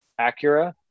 acura